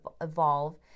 evolve